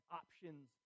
options